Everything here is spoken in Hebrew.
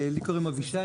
לי קוראים אבישי,